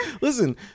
Listen